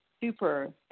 super